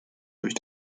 durch